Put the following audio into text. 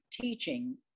teaching